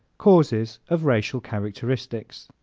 causes of racial characteristics